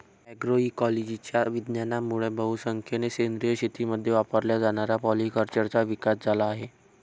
अग्रोइकोलॉजीच्या विज्ञानामुळे बहुसंख्येने सेंद्रिय शेतीमध्ये वापरल्या जाणाऱ्या पॉलीकल्चरचा विकास झाला आहे